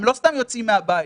הם לא סתם יוצאים מהבית.